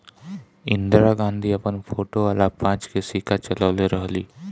इंदिरा गांधी अपन फोटो वाला पांच के सिक्का चलवले रहली